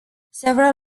several